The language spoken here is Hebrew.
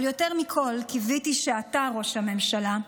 אבל יותר מכול, קיוויתי שאתה, ראש הממשלה,